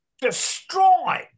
destroyed